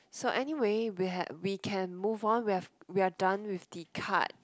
so anyway we hav~ we can move on we have we are done with the card